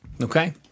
Okay